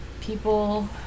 people